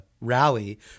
rally